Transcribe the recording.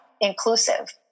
inclusive